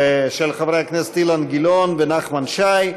של חברי הכנסת אילן גילאון ונחמן שי,